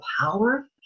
power